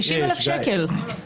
50,000 שקל.